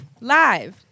live